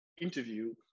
interview